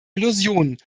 illusionen